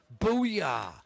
booyah